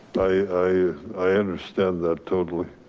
i i understand that. totally.